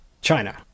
China